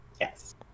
Yes